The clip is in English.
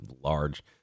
large